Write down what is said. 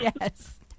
Yes